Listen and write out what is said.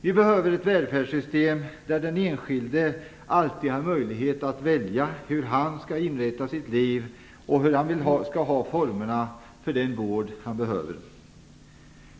Vi behöver ett välfärdssystem där den enskilde alltid har möjlighet att välja hur han skall inrätta sitt liv och formerna för den vård han behöver.